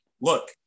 look